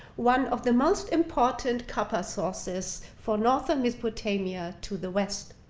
one of the most important copper sources for northern mesopotamia to the west.